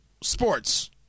sports